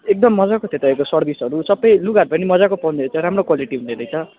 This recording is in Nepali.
एकदम मजाको थियो तपाईँको सर्भिसहरू सबै लुगाहरू पनि मजाको पाउँदो रहेछ राम्रो क्वालिटीको हुँदरहेछ